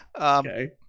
Okay